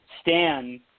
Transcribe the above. Stan